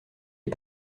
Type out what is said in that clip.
est